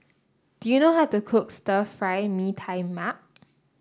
do you know how to cook Stir Fry Mee Tai Mak